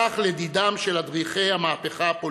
כך, לדידם של אדריכלי המהפכה הפוליטית,